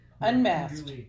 unmasked